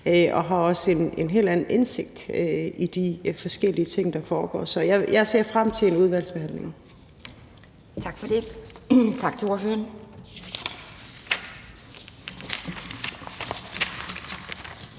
og har også en helt anden indsigt i de forskellige ting, der foregår. Så jeg ser frem til en udvalgsbehandling. Kl. 17:44 Anden